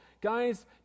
guys